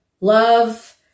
love